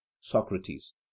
Socrates